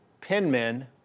penmen